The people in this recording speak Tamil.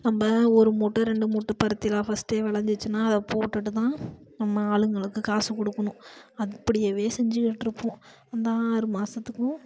நம்ப ஒரு மூட்டை ரெண்டு மூட்டை பருத்தி எல்லாம் ஃபர்ஸ்டே விளைஞ்சிச்சின்னா அதை போட்டுவிட்டு தான் நம்ம ஆளுங்களுக்கு காசு கொடுக்குணும் அதை அப்படியேவே செஞ்சிகிட்டு இருப்போம் அந்த ஆறு மாதத்துக்கும்